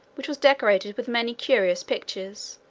which was decorated with many curious pictures,